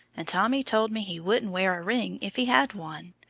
and tommy told me he wouldn't wear a ring if he had one.